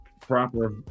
proper